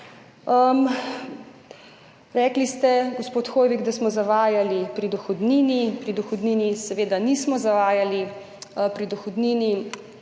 Rekli ste, gospod Hoivik, da smo zavajali pri dohodnini. Pri dohodnini seveda nismo zavajali. Pri dohodnini